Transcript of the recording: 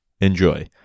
Enjoy